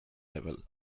level